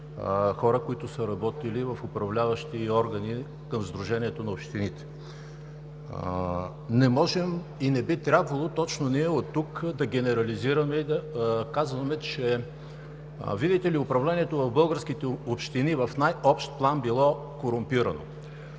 има хора, които са работили в управляващи органи към Сдружението на общините. Не можем и не би трябвало точно ние от тук да генерализираме и да казваме, че видите ли управлението в българските общини в най-общ план било корумпирано.